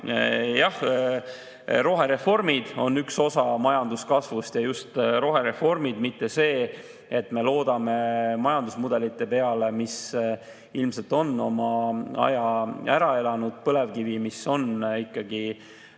Jah, rohereformid on üks osa majanduskasvust ja just rohereformid, mitte see, et me loodame majandusmudelite peale, mis on ilmselt oma aja ära elanud. Põlevkivi on ikkagi saastav.